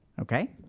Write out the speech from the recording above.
Okay